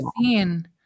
seen